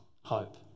hope